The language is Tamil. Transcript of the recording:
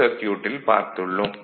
சர்க்யூட்டில் பார்த்துள்ளோம்